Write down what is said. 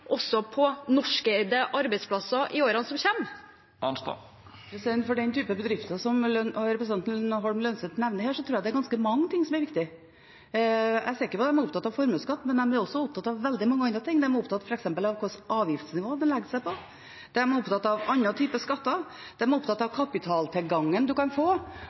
på norskeide arbeidsplasser også i årene som kommer? For den typen bedrifter som representanten Holm Lønseth nevner her, tror jeg det er ganske mye som er viktig. Jeg er sikker på at de er opptatt av formuesskatt, men de er også opptatt av veldig mange andre ting. De er f.eks. opptatt av hva slags avgiftsnivå man legger seg på, de er opptatt av andre typer skatter, de er opptatt av kapitaltilgangen man kan få.